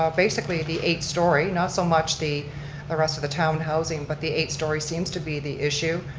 um basically the eight-story, not so much the the rest of the town housing, but the eight-story seems to be the issue.